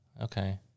Okay